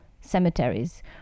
cemeteries